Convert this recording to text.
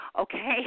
Okay